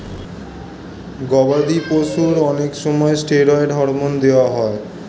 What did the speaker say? গবাদি পশুর অনেক সময় স্টেরয়েড হরমোন দেওয়া হয়